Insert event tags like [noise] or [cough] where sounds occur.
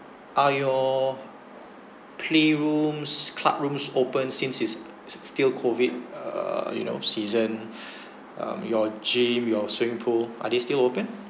are your playrooms club rooms open since it's s~ still COVID err you know season [breath] um your gym your swimming pool are they still open